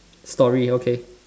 story okay